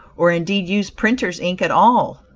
or indeed use printers' ink at all.